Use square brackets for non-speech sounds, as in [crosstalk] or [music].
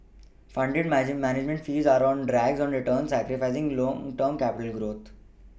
fonder manage management fees are on black on returns sacrificing long dorm capital [unintelligible]